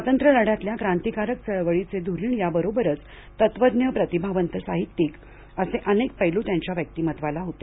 स्वातंत्र्यलढयातल्या क्रांतिकारक चळवळीचे धुरीण याबरोबरच तत्वज्ञप्रतिभावंत साहित्यिक असे अनेक पैलू त्यांच्या व्यक्तिमत्वाला होते